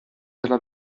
dalla